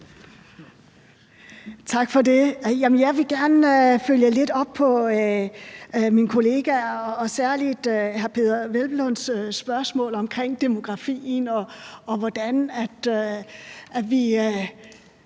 Tak for det. Jeg vil gerne lidt følge op på mine kollegaers og særlig på hr. Peder Hvelplunds spørgsmål om demografien, og hvordan vi